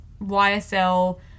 YSL